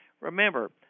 Remember